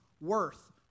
worth